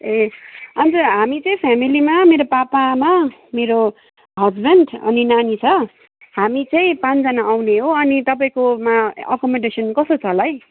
ए अनि चाहिँ हामी चाहिँ फेमिलीमा मेरो पापा आमा मेरो हस्बेन्ड अनि नानी छ हामी चाहिँ पाँचजना आउने हो अनि तपाईँकोमा अकोमोडेसन कस्तो छ होला है